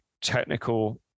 technical